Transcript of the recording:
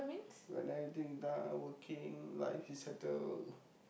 when everything done ah working life is settled